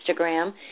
Instagram